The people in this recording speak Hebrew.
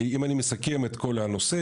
אם אני מסכם את כל הנושא,